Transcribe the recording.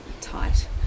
tight